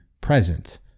present